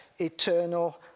eternal